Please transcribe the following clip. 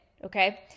Okay